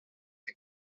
que